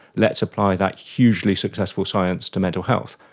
let's apply that hugely successful science to mental health.